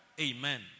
Amen